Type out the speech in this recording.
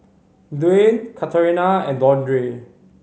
Dwyane Katharina and Dondre